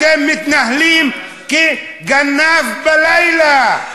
אתם מתנהלים כגנב בלילה.